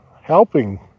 helping